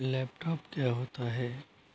laptop क्या होता है